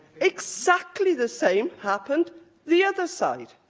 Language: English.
exactly the same happened the other side.